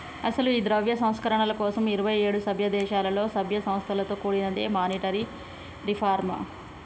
అసలు ఈ ద్రవ్య సంస్కరణల కోసం ఇరువైఏడు సభ్య దేశాలలో సభ్య సంస్థలతో కూడినదే మానిటరీ రిఫార్మ్